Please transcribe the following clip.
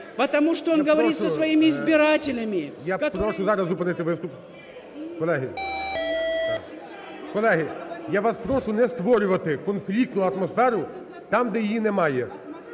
я вас прошу не створювати конфліктну атмосферу там, де її немає.